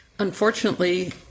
unfortunately